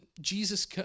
Jesus